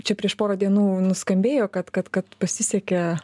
čia prieš porą dienų nuskambėjo kad kad kad pasisekė